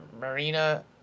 Marina